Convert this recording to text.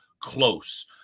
close